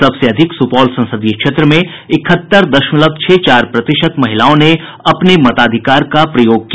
सबसे अधिक सुपौल संसदीय क्षेत्र में इकहत्तर दशमलव छह चार प्रतिशत महिलाओं ने अपने मताधिकार का प्रयोग किया